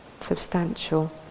substantial